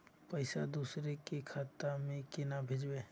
पैसा दूसरे के खाता में केना भेजबे?